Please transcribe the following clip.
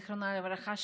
זיכרונה לברכה,